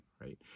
Right